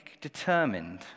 determined